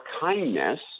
kindness